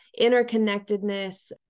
interconnectedness